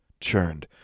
churned